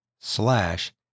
slash